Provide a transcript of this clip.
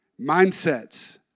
mindsets